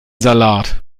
salat